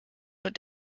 und